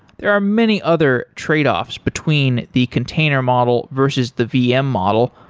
there are many other trade-offs between the container model, versus the vm model,